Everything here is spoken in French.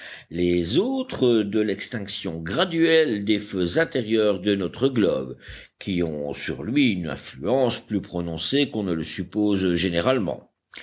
les autres de l'extinction graduelle des feux intérieurs de notre globe qui ont sur lui une influence plus prononcée qu'on ne le suppose généralement